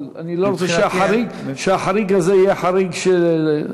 אבל אני לא רוצה שהחריג הזה יהיה חריג --- חד-פעמי,